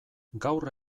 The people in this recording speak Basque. gaur